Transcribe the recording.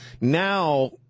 Now